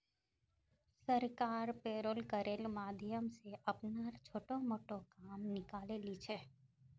सरकार पेरोल करेर माध्यम स अपनार छोटो मोटो काम निकाले ली छेक